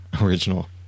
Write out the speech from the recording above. original